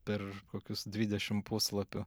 per kokius dvidešim puslapių